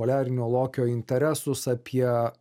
poliarinio lokio interesus apie